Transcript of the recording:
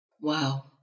Wow